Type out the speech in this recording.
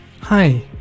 Hi